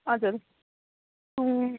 हजुर ए